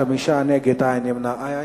בעד, 5, נגד, אין, נמנעים,